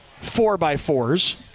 four-by-fours